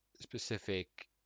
specific